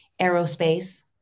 aerospace